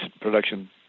production